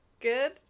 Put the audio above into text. good